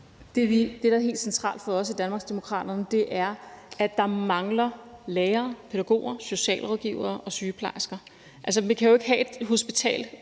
Det, der er helt centralt for os i Danmarksdemokraterne, er, at der mangler lærere, pædagoger, socialrådgivere og sygeplejersker. Vi kan jo ikke have et hospital